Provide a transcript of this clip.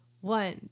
One